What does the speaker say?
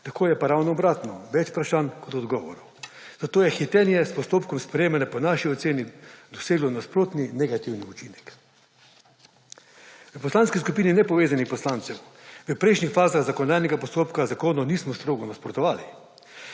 tako je pa, ravno obratno, več vprašanj kot odgovorov. Zato je hitenje s postopkom sprejemanja po naši oceni doseglo nasprotni, negativni učinek. V Poslanski skupini nepovezanih poslancev v prejšnjih fazah zakonodajnega postopka zakonu nismo strogo nasprotovali.